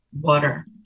water